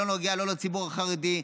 שלא נוגעת לא לציבור החרדי,